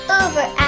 over